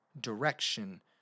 direction